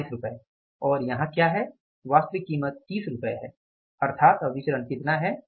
40 रुपये और यहां क्या है वास्तविक कीमत 30 रुपये है अर्थात अब विचरण कितना है